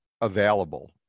available